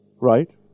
Right